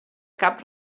cap